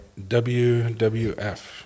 WWF